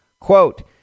Quote